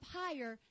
higher